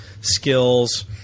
skills